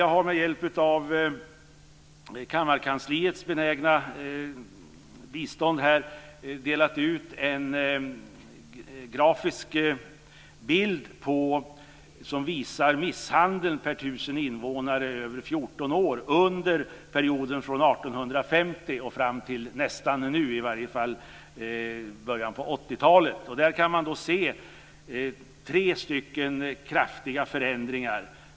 Jag har med hjälp av kammarkansliets benägna bistånd delat ut en grafisk bild som visar antalet misshandelsfall per 1 000 invånare över 14 år under perioden från 1850 och fram till nästan nu, i varje fall fram till början av 80-talet. Där kan man se tre kraftiga förändringar.